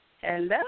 Hello